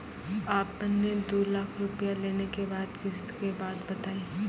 आपन ने दू लाख रुपिया लेने के बाद किस्त के बात बतायी?